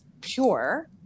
pure